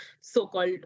so-called